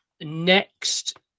next